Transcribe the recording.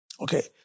Okay